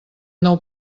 nou